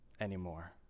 anymore